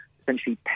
essentially